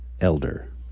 Elder